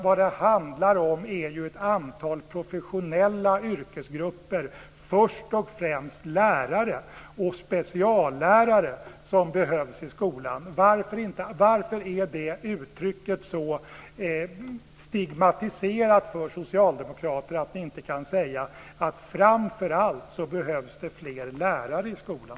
Vad det handlar om är ju ett antal professionella yrkesgrupper, först och främst lärare och speciallärare, som behövs i skolan. Varför är det uttrycket så stigmatiserat för er socialdemokrater att ni inte kan säga att det framför allt behövs fler lärare i skolan?